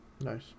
Nice